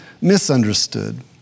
misunderstood